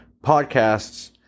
podcasts